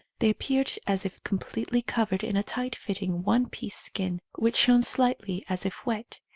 they appeared as if completely covered in a tight fitting one-piece skin, which shone slightly as if wet.